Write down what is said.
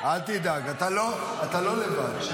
אל תדאג, אתה לא לבד.